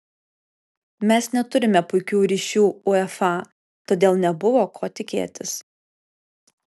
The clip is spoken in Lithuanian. mes neturime puikių ryšių uefa todėl nebuvo ko tikėtis